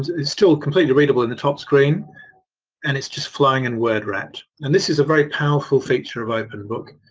is still completely readable in the top screen and it's just flowing and word wrapped. and this is a very powerful feature of openbook.